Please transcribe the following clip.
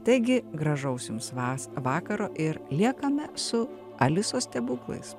taigi gražaus jums vas vakaro ir liekame su alisos stebuklais